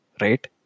right